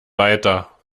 weiter